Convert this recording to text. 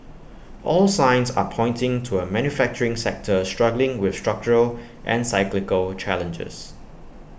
all signs are pointing to A manufacturing sector struggling with structural and cyclical challenges